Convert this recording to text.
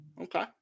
Okay